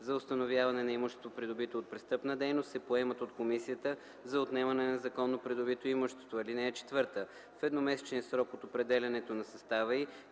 за установяване на имущество, придобито от престъпна дейност, се поемат от Комисията за отнемане на незаконно придобито имущество. (4) В едномесечен срок от определянето на състава й